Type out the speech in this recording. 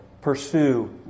pursue